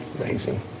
Amazing